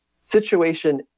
situation